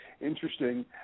interesting